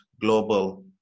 global